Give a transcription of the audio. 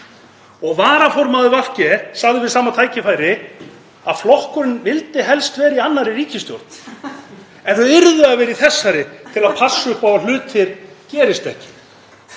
Varaformaður VG sagði við sama tækifæri að flokkurinn vildi helst vera í annarri ríkisstjórn en þau yrðu að vera í þessari til að passa upp á að hlutir gerðust ekki.